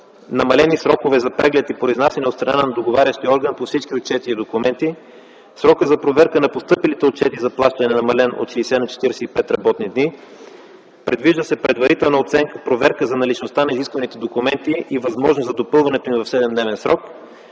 намалени срокове за преглед и произнасяне от страна на договарящия орган по всички отчети и документи. Срокът за проверка на постъпилите отчети за плащане е намален от 60 на 45 работни дни. Предвижда се предварителна проверка за наличността на изискваните документи и възможност за допълването им в 7-дневен срок.